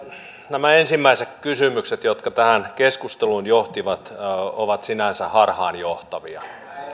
nämä ensimmäiset kysymykset jotka tähän keskusteluun johtivat ovat sinänsä harhaanjohtavia